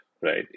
right